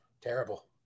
Terrible